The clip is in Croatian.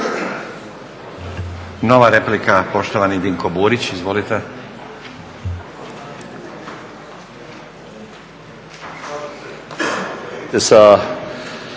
Nova replika, poštovani Dinko Burić. Izvolite.